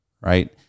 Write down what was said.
Right